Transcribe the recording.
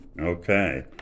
Okay